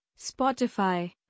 Spotify